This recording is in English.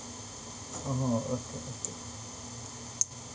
!oho! okay okay